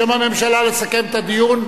בשם הממשלה, לסכם את הדיון,